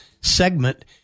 segment